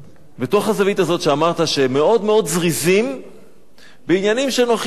בתוך הזווית הזאת שאמרת: שהם מאוד מאוד זריזים בעניינים שנוחים להם.